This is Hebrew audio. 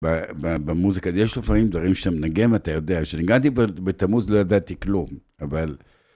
במוזיקה, אז יש לפעמים דברים שאתה מנגן ואתה יודע. כשניגדתי בתמוז לא ידעתי כלום, אבל...